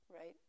right